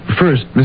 first